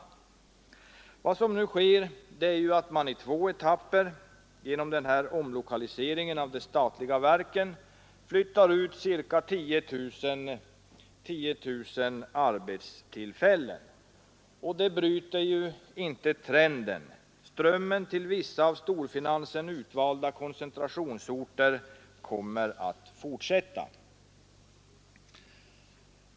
Vad som nu sker är att man i två etapper genom den här omlokaliseringen av de statliga verken flyttar ut cirka 10 000 arbetstillfällen. Det bryter inte trenden. Strömmen till vissa av storfinansen utvalda koncentrationsorter kommer däremot att fortsätta.